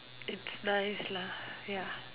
it's nice lah ya